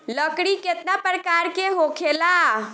लकड़ी केतना परकार के होखेला